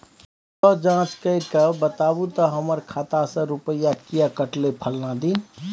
ज जॉंच कअ के बताबू त हमर खाता से रुपिया किये कटले फलना दिन?